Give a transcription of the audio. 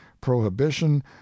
prohibition